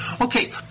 Okay